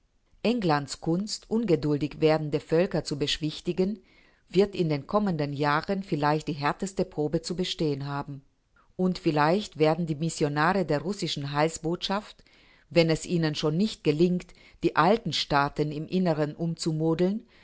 englands kunst ungeduldig werdende völker zu beschwichtigen wird in den kommenden jahren vielleicht die härteste probe zu bestehen haben und vielleicht werden die missionare der russischen heilsbotschaft wenn es ihnen schon nicht gelingt die alten staaten im innern umzumodeln